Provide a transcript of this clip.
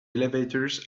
elevators